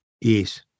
Yes